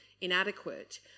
inadequate